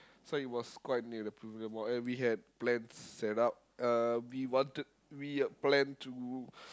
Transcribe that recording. so it was quite near the Pavilion-Mall and we had plans set up uh we wanted we planned to